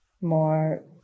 more